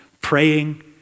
praying